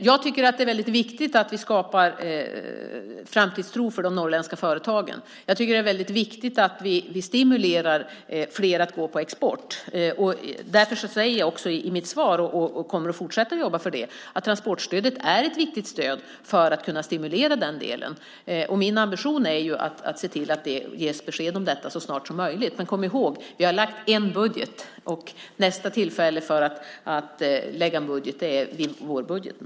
Jag tycker att det är viktigt att vi skapar framtidstro för de norrländska företagen. Det är viktigt att vi stimulerar fler företag att satsa på export. Därför säger jag i mitt svar - och jag kommer att fortsätta att jobba för det - att transportstödet är ett viktigt stöd för att kunna stimulera den delen. Min ambition är att se till att det ges besked om detta så snart som möjligt. Men kom ihåg: Vi har lagt fram en budget. Nästa tillfälle blir i samband med vårbudgeten.